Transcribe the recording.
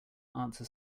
answer